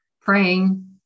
praying